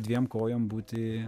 dviem kojom būti